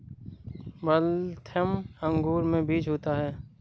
Waltham अंगूर में बीज होता है